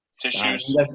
tissues